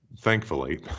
thankfully